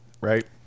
right